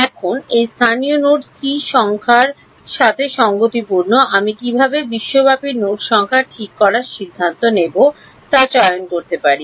এখন এই স্থানীয় নোডC সং খ্যার সাথে সঙ্গতিপূর্ণ আমি কীভাবে বিশ্বব্যাপী নোড সংখ্যা ঠিক করার সিদ্ধান্ত নেব তা চয়ন করতে পারি